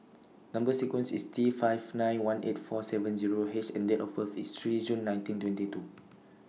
Number sequence IS T five nine one eight four seven Zero H and Date of birth IS three June nineteen twenty two